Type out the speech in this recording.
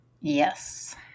Yes